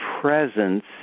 presence